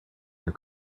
your